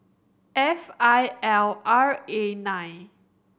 F I L R A nine